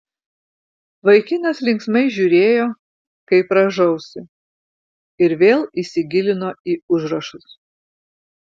vaikinas linksmai žiūrėjo kaip rąžausi ir vėl įsigilino į užrašus